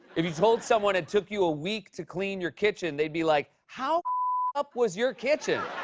if you told someone it took you a week to clean your kitchen, they'd be like, how up was your kitchen?